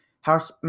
House